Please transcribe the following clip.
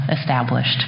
established